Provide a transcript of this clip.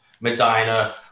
Medina